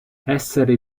essere